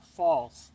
false